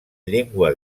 llengua